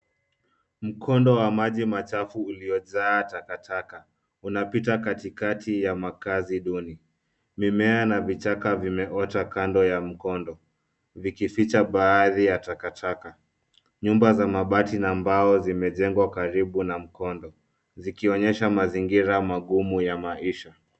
Mkondo wa maji machafu uliojaa takataka unapita katikati ya makazi duni. Mimea na vichaka vimeota kando ya mkondo vikificha baadhi ya takataka. Nyumba za mabati na mbao zimejengwa karibu na mkondo, zikionyesha mazingira magumu ya maisha.